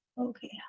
Okay